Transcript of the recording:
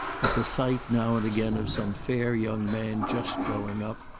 at the sight now and again of some fair young man just growing up,